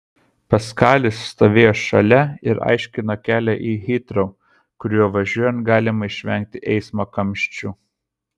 paskalis stovėjo šalia ir aiškino kelią į hitrou kuriuo važiuojant galima išvengti eismo kamščių